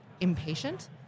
impatient